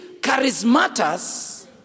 charismatas